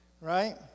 Right